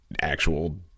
actual